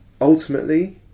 Ultimately